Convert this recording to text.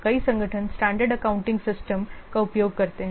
कई संगठन standard accounting system का उपयोग करते हैं